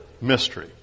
mystery